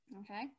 okay